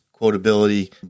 quotability